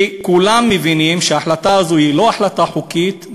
כי כולם מבינים שההחלטה הזאת היא לא החלטה חוקית,